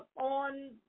on